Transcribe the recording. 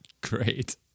great